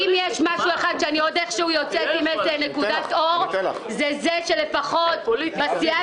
אם ישנו דבר אחד שהוא איכשהו נקודת אור אז זה שלפחות בסיעה